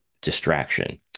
distraction